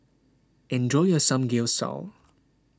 enjoy your Samgeyopsal